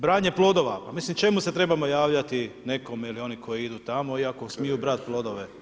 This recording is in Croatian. Branje plodova, pa mislim čemu se moramo javljati nekome ili oni koji idu tamo i ako smiju brat plodove.